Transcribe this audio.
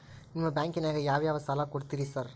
ನಿಮ್ಮ ಬ್ಯಾಂಕಿನಾಗ ಯಾವ್ಯಾವ ಸಾಲ ಕೊಡ್ತೇರಿ ಸಾರ್?